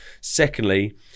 Secondly